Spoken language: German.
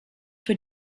für